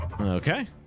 Okay